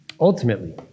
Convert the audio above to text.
Ultimately